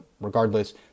regardless